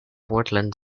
portland